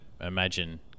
imagine